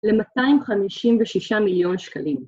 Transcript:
‫ל-256 מיליון שקלים.